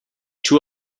two